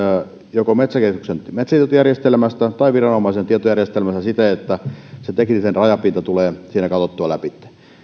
joko metsäkeskuksen metsätietojärjestelmästä tai viranomaisen tietojärjestelmästä siten että se tekninen rajapinta tulee siinä katsottua